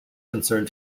concern